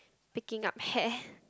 picking up hair